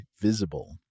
Visible